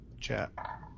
chat